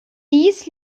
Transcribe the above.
dies